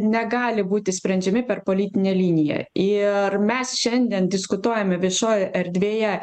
negali būti sprendžiami per politinę liniją ir mes šiandien diskutuojame viešojoj erdvėje